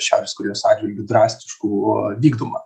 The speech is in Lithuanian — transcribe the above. šiaurės korėjos atžvilgiu drastiškų vykdoma